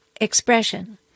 expression